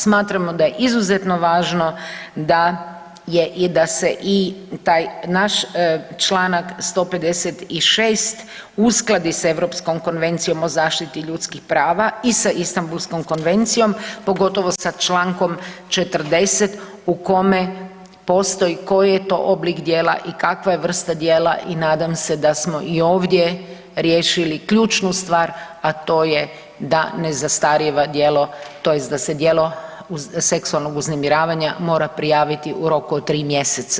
Smatramo da je izuzetno važno da je i da se i u taj naš čl. 156 uskladi s Europskom konvencijom o zaštiti ljudskih prava i sa Istambulskom konvencijom, pogotovo sa čl. 40 u kome postoji koji je to oblik djela i kakva je vrsta djela i nadam se da smo i ovdje riješili ključnu stvar, a to je da ne zastarijeva djelo, tj. da se djelo seksualnog uznemiravanja mora prijaviti u roku od 3 mjeseca.